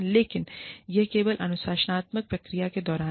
लेकिन यह केवल अनुशासनात्मक प्रक्रियाओं के दौरान है